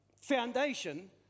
foundation